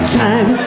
time